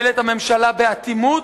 הממשלה פועלת באטימות,